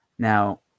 Now